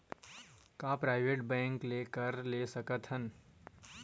का private bank ले कर सकत हन?